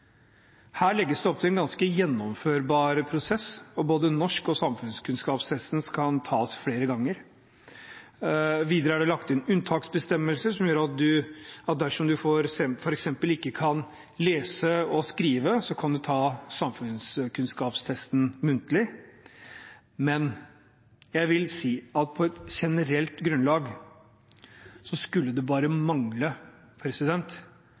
Her legges det opp til en ganske gjennomførbar prosess, og både norsktesten og samfunnskunnskapstesten kan tas flere ganger. Videre er det lagt inn unntaksbestemmelser som gjør at dersom man f.eks. ikke kan lese og skrive, kan man ta samfunnskunnskapstesten muntlig. Men jeg vil på et generelt grunnlag si at det skulle bare mangle